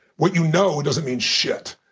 what you know doesn't mean shit.